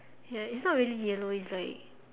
ya it's not really yellow it's like